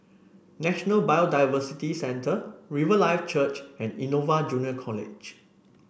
National Biodiversity Centre Riverlife Church and Innova Junior College